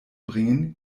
bringen